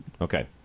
Okay